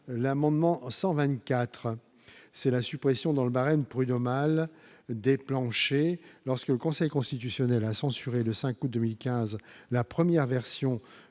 l'amendement 124 c'est la suppression dans le barème prud'homal des planchers lorsque le Conseil constitutionnel a censuré le 5 août 2015 la première version